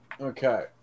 Okay